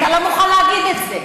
אתה לא מוכן להגיד את זה.